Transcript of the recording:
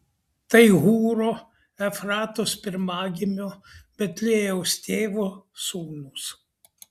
tai hūro efratos pirmagimio betliejaus tėvo sūnūs